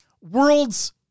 worlds